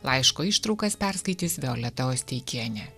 laiško ištraukas perskaitys violeta osteikienė